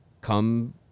come